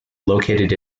located